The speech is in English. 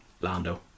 Lando